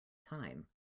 time